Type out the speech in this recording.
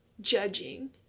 judging